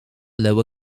lower